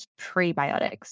prebiotics